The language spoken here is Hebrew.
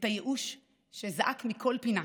את הייאוש שזעק מכל פינה,